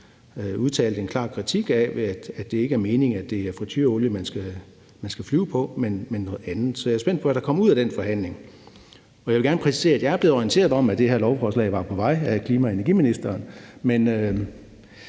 udtalt en klar kritik af det, da det ikke er meningen, at det er fritureolie, man skal flyve på, men noget andet. Så jeg er spændt på, hvad der kommer ud af den forhandling. Jeg vil gerne præcisere, at jeg er blevet orienteret om, at det her lovforslag af klima- og energiministeren var